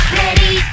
ready